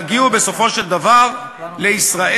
תגיעו בסופו של דבר לישראל.